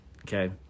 okay